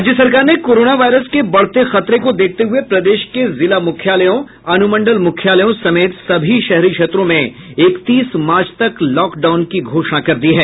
राज्य सरकार ने कोरोना वायरस के बढ़ते खतरे को देखते हुये प्रदेश के जिला मुख्यालयों अनुमंडल मुख्यालयों समेत सभी शहरी क्षेत्रों में इकतीस मार्च तक लॉक डाउन की घोषणा कर दी है